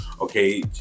Okay